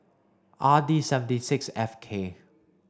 R D seventy six F K